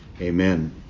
Amen